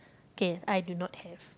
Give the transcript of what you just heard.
okay I do not have